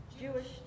Jewish